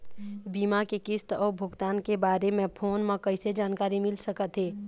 बीमा के किस्त अऊ भुगतान के बारे मे फोन म कइसे जानकारी मिल सकत हे?